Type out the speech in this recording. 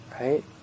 right